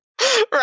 Right